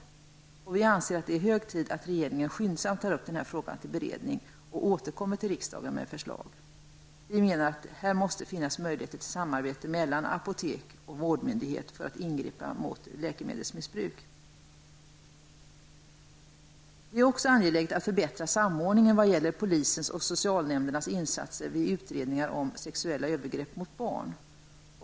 Vi anser att det är hög tid att regeringen skyndsamt tar upp denna fråga till beredning och återkommer till riksdagen med förslag. Vi anser att det här måste finnas möjligheter till samarbete mellan apotek och vårdmyndighet för att man skall kunna ingripa mot läkemedelsmissbruk. Det är också angeläget att förbättra samordningen vad gäller polisens och socialnämndernas insatser vid utredningar om sexuella övergrepp mot barn.